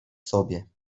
sobie